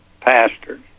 pastors